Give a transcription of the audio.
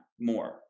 more